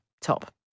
top